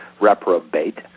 reprobate